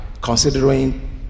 considering